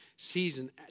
Season